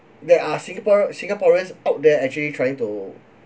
there are singapore singaporeans out there actually trying to